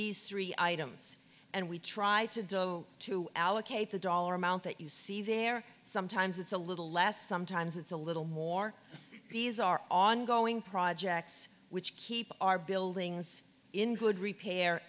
these three items and we try to do to allocate the dollar amount that you see there sometimes it's a little less sometimes it's a little more these are ongoing projects which keep our buildings in good repair